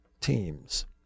teams